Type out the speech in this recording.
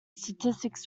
statistics